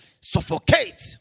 suffocate